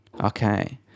Okay